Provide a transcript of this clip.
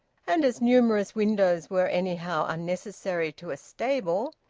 and as numerous windows were anyhow unnecessary to a stable,